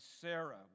Sarah